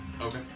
Okay